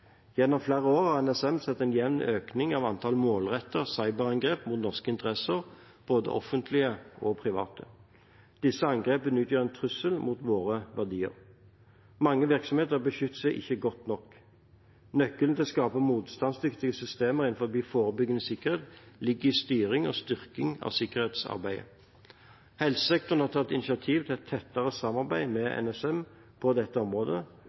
Gjennom flere år har NSM sett en jevn økning av antall målrettede cyberangrep mot norske interesser, både offentlige og private. Disse angrepene utgjør en trussel mot våre verdier. Mange virksomheter beskytter seg ikke godt nok. Nøkkelen til å skape motstandsdyktige systemer innen forebyggende sikkerhet ligger i styring og styrking av sikkerhetsarbeidet. Helsesektoren har tatt initiativ til et tettere samarbeid med NSM på dette området